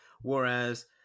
Whereas